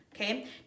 Okay